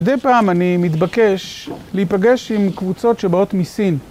מדי פעם אני מתבקש להיפגש עם קבוצות שבאות מסין.